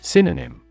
Synonym